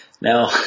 Now